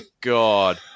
God